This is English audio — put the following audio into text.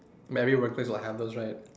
mary workplace will have those right